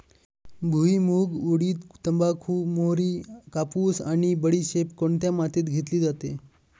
भुईमूग, उडीद, तंबाखू, मोहरी, कापूस आणि बडीशेप कोणत्या मातीत घेतली जाते?